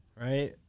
Right